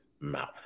mouth